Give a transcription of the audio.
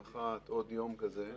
מח"ט עוד יום כזה.